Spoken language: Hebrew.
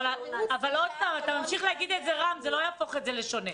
אתה ממשיך להגיד את זה וזה לא יהפוך את זה לשונה.